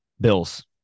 Bills